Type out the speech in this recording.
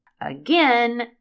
Again